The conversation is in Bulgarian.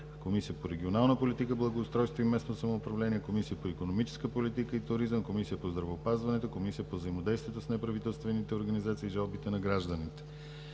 Комисията по регионална политика, благоустройство и местно самоуправление, Комисията по икономическа политика и туризъм, Комисията по здравеопазването, Комисията по взаимодействията с неправителствените организации и жалбите на гражданите.